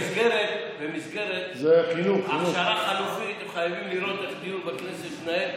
במסגרת הכשרה חלופית הם חייבים לראות איך דיון בכנסת מתנהל,